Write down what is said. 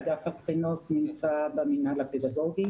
אגף הבחינות נמצא במינהל הפדגוגי